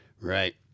Right